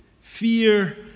fear